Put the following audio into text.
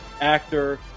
actor